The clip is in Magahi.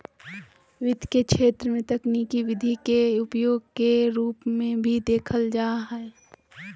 वित्त के क्षेत्र में तकनीकी विधि के उपयोग के रूप में भी देखल जा हइ